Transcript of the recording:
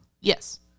Yes